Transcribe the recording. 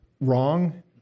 wrong